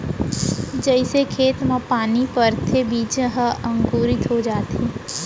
जइसे खेत म पानी परथे बीजा ह अंकुरित हो जाथे